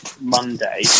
Monday